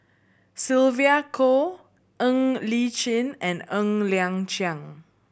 Sylvia Kho Ng Li Chin and Ng Liang Chiang